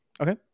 Okay